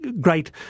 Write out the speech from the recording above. great